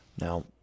Now